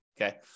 okay